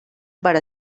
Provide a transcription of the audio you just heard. but